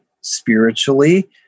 spiritually